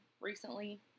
recently